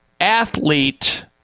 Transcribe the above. athlete